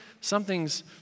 something's